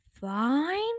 fine